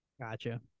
Gotcha